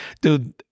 dude